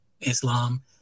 Islam